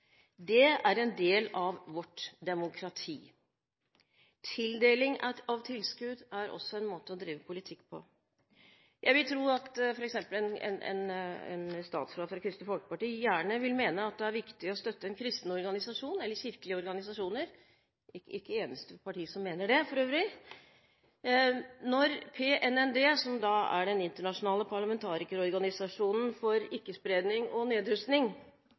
Det er en del av vårt demokrati. Tildeling av tilskudd er også en måte å drive politikk på. Jeg vil tro at f.eks. en statsråd fra Kristelig Folkeparti gjerne vil mene at det er viktig å støtte en kristen organisasjon eller kirkelige organisasjoner – det er for øvrig ikke det eneste partiet som mener det. Når PNND, den internasjonale parlamentarikerorganisasjonen for ikke-spredning og nedrustning